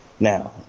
Now